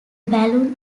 balloon